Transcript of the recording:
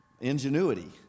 ingenuity